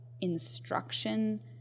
instruction